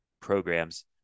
programs